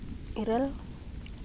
ᱤᱨᱟᱹᱞ